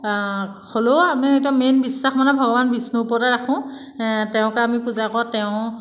হ'লেও আমি এটা মেইন বিশ্বাস মনত ভগৱান বিষ্ণু ওপৰতে ৰাখোঁ তেওঁকে আমি পূজা কৰোঁ তেওঁক